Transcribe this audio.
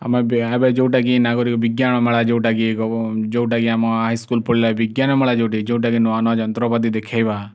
ଆମେ ଯୋଉଟାକି ନାଗରିକ ବିଜ୍ଞାନ ମେଳା ଯୋଉଟାକି ଯୋଉଟାକି ଆମ ହାଇସ୍କୁଲ୍ ପଢ଼ିଲେ ବିଜ୍ଞାନ ମେଳା ଯୋଉଠି ଯୋଉଟାକି ନୂଆ ନୂଆ ଯନ୍ତ୍ରପାତି ଦେଖେଇବା